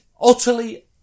utterly